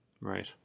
Right